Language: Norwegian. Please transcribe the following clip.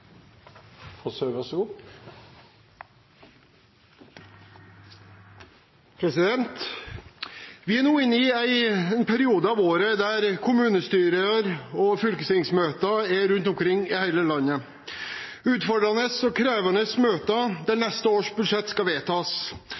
Vi er nå inne i en periode av året der det er kommunestyremøter og fylkestingsmøter rundt omkring i hele landet. Det er utfordrende og krevende møter der neste års budsjett skal vedtas,